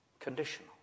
Conditional